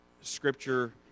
Scripture